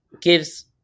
gives